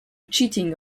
cheating